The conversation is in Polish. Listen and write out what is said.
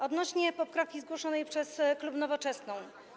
Odnośnie do poprawki zgłoszonej przez klub Nowoczesna.